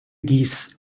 geese